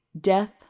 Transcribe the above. Death